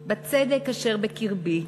בצדק אשר בקרבי,